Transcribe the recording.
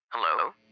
Hello